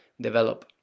develop